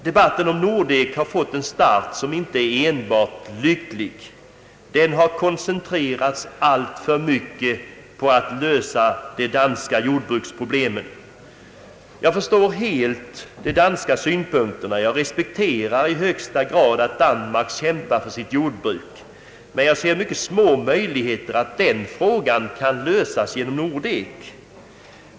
Debatten om Nordek har fått en start, som inte är enbart lycklig. Den har koncentrerats alltför mycket till att lösa de danska jordbruksproblemen. Jag förstår helt de danska synpunkterna, och jag respekterar i högsta grad att Danmark kämpar för sitt jordbruk, men jag ser mycket små möjligheter till att den frågan skall kunna lösas genom Nordek.